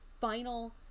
final